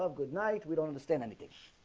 ah good night. we don't understand anything